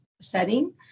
setting